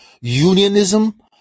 unionism